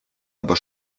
aber